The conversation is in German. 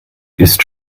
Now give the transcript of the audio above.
ist